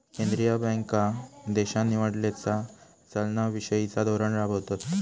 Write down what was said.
केंद्रीय बँका देशान निवडलेला चलना विषयिचा धोरण राबवतत